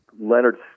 Leonard